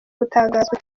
gutangazwa